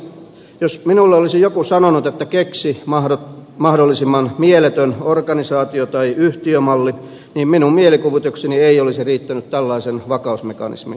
jos minulle olisi joku sanonut että keksi mahdollisimman mieletön organisaatio tai yhtiömalli niin minun mielikuvitukseni ei olisi riittänyt tällaisen vakausmekanismin luomiseen